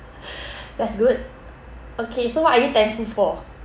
that's good okay so what are you thankful for